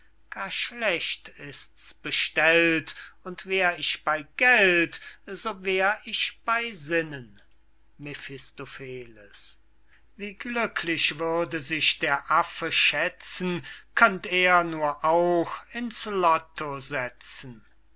schlecht ist's bestellt und wär ich bey geld so wär ich bey sinnen mephistopheles wie glücklich würde sich der affe schätzen könnt er nur auch in's lotto setzen